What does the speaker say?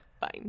Fine